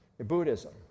Buddhism